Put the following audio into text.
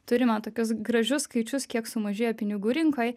turime tokius gražius skaičius kiek sumažėjo pinigų rinkoj